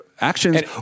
actions